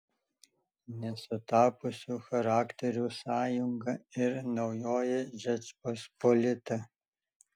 nesutapusių charakterių sąjunga ir naujoji žečpospolita